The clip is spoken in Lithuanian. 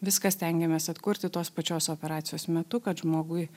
viską stengiamės atkurti tos pačios operacijos metu kad žmogui